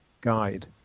guide